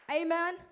Amen